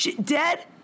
Dead